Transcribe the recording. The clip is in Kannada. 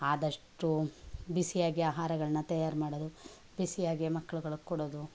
ಆದಷ್ಟು ಬಿಸಿಯಾಗಿ ಆಹಾರಗಳನ್ನ ತಯಾರು ಮಾಡೋದು ಬಿಸಿಯಾಗಿ ಮಕ್ಳಗಳಗೆ ಕೊಡೋದು